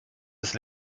ist